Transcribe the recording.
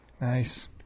nice